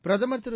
பிரதமர் திரு